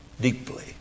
deeply